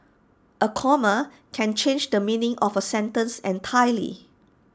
A comma can change the meaning of A sentence entirely